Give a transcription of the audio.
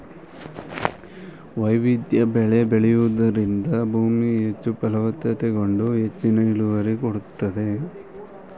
ವೈವಿಧ್ಯ ಬೆಳೆ ಬೆಳೆಯೂದರಿಂದ ಭೂಮಿ ಹೆಚ್ಚು ಫಲವತ್ತತೆಗೊಂಡು ಹೆಚ್ಚಿನ ಇಳುವರಿ ಕೊಡುತ್ತದೆ